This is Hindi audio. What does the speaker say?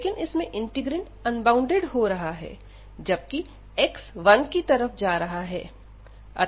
लेकिन इसमें इंटीग्रैंड अनबॉउंडेड हो रहा है जबकि x 1 की तरफ जा रहा है